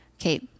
Okay